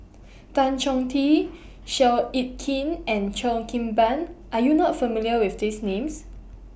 Tan Chong Tee Seow Yit Kin and Cheo Kim Ban Are YOU not familiar with These Names